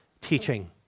teaching